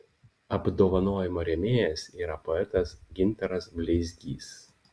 apdovanojimo rėmėjas yra poetas gintaras bleizgys